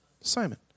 Simon